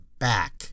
back